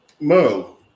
Mo